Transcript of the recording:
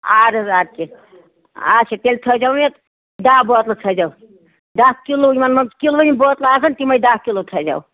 اَدٕ حظ اَدٕ کیاہ اَچھا تیٚلہِ تھٲے زیو یہِ دہ بٲتلہٕ تھٲے زیو دہ کِلوٗ یِمن منٛز کِلوٗ یِم بٲتلہٕ آسَن تمے دہ کِلوٗ تھٲے زیو